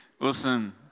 Awesome